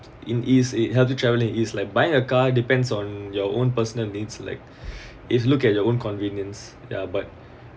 in ease it helps to travelling is like buying a car depends on your own personal needs like if you look at your own convenience ya but